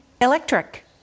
electric